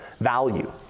value